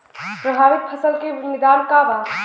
प्रभावित फसल के निदान का बा?